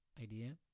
idea